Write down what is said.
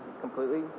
completely